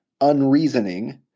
unreasoning